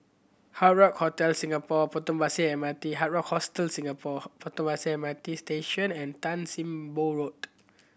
Hard Rock Hotel Singapore Potong Pasir M R T Hard Rock Hostel Singapore Potong Pasir M R T Station and Tan Sim Boh Road